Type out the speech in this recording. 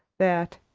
that,